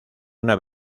una